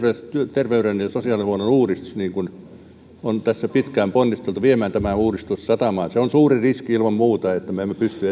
terveyden ja sosiaalihuollon uudistus niin kuin on tässä pitkään ponnisteltu viemään tämä uudistus satamaan se on suuri riski ilman muuta että me emme pysty